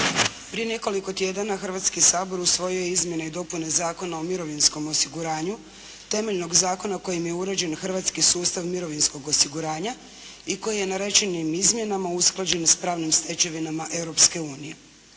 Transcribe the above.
Prije nekoliko tjedana Hrvatski sabor usvojio je izmjene i dopune Zakona o mirovinskom osiguranju, temeljnog zakona kojim je uređen hrvatski sustav mirovinskog osiguranja i koji je narečenim izmjenama usklađen s pravnim stečevinama